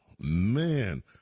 man